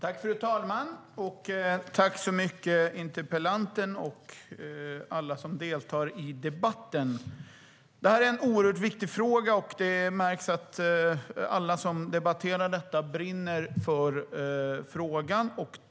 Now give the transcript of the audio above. Fru talman! Tack så mycket, interpellanten och alla andra som deltar i debatten! Det här är en oerhört viktig fråga, och det märks att alla som debatterar detta brinner för den.